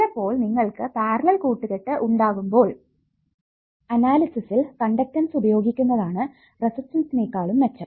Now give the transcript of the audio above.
ചിലപ്പോൾ നിങ്ങൾക്ക് പാരലൽ കൂട്ടുകെട്ട് ഉണ്ടാകുമ്പോൾ അനാലിസിസിൽ കണ്ടക്ടൻസ് ഉപയോഗിക്കുന്നതാണ് റെസിസ്റ്റൻസിനേക്കാളും മെച്ചം